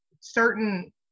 certain